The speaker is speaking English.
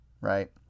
right